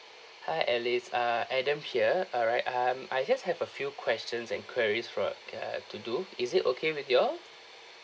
hi alice ah adam here alright um I just have a few questions and queries for uh to do is it okay with you all